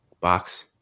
box